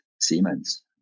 Siemens